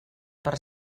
per